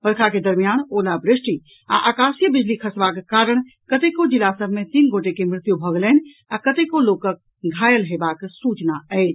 वर्षा के दरमियान ओलावृष्टि आ आकाशीय बिजली खसबाक कारण कतेको जिला सभ मे तीन गोटे के मृत्यु भऽ गेलनि आ कतेको लोकक घायल होयबाक सूचना अछि